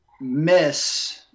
miss